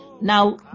now